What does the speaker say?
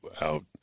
out